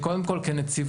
קודם כל כנציבות,